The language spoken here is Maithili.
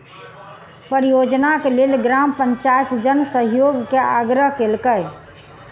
परियोजनाक लेल ग्राम पंचायत जन सहयोग के आग्रह केलकै